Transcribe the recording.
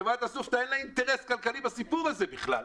לחברת אסופתא אין אינטרס כלכלי בסיפור הזה בכלל.